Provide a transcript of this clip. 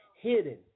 hidden